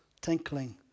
tinkling